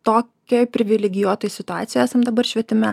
tokioj privilegijuotoj situacijoj esam dabar švietime